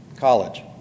college